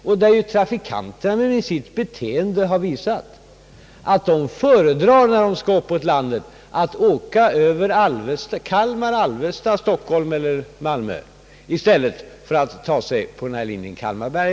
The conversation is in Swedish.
Trafikanterna har ju genom sitt beteende visat att de föredrar linjen Kalmar— Alvesta framför linjen Kalmar—Berga, när de skall resa till Stockholm, Malmö 0. S. Vv.